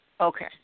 Okay